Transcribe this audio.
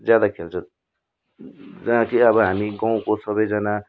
ज्यादा खेल्छ राति अब हामी गाउँको सबैजना